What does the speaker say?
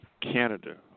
Canada